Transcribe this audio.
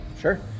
Sure